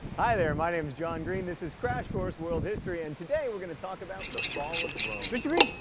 hi there, my name's john green this is crash course world history, and today we're going to talk about the fall of rome. mr. green,